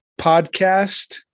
podcast